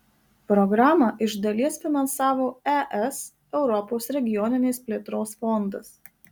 programą iš dalies finansavo es europos regioninės plėtros fondas